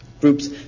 groups